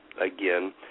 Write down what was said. again